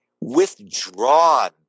withdrawn